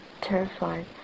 terrified